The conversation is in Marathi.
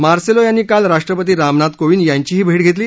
मार्सेलो यांनी काल राष्ट्रपती रामनाथ कोविंद यांचीही भेट घेतली